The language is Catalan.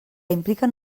impliquen